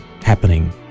happening